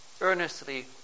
earnestly